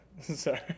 Sorry